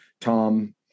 Tom